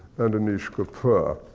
and anish kapoor.